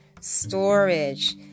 Storage